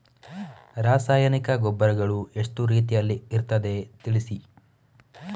ರಾಸಾಯನಿಕ ಗೊಬ್ಬರಗಳು ಎಷ್ಟು ರೀತಿಯಲ್ಲಿ ಇರ್ತದೆ ತಿಳಿಸಿ?